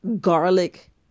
garlic